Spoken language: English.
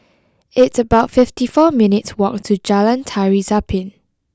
it's about fifty four minutes' walk to Jalan Tari Zapin